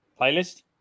Playlist